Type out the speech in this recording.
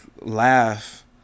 Laugh